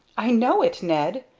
i know it, ned,